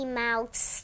mouse